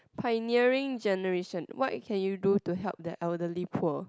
pioneering generation what can you do to help the elderly poor